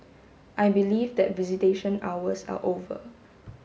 I believe that visitation hours are over